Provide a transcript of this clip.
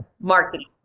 marketing